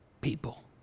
people